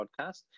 podcast